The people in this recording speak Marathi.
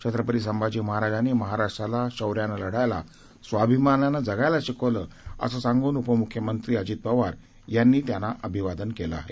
छत्रपती संभाजी महाराजांनी महाराष्ट्राला शौर्यानं लढायला स्वाभिमानानं जगायला शिकवलं असं सांगून उपम्ख्यमंत्री अजित पवार यांनी त्यांना अभिवादन केलं आहे